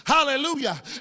Hallelujah